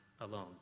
alone